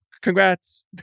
Congrats